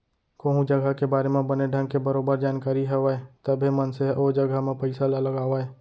कोहूँ जघा के बारे म बने ढंग के बरोबर जानकारी हवय तभे मनसे ह ओ जघा म पइसा ल लगावय